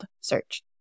search